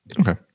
Okay